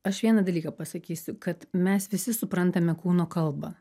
aš vieną dalyką pasakysiu kad mes visi suprantame kūno kalbą